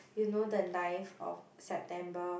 you know the ninth of September